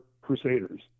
Crusaders